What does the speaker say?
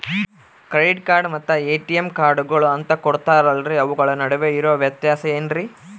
Credit card ಮತ್ತ ATM ಕಾರ್ಡುಗಳು ಅಂತಾ ಕೊಡುತ್ತಾರಲ್ರಿ ಅವುಗಳ ನಡುವೆ ಇರೋ ವ್ಯತ್ಯಾಸ ಏನ್ರಿ?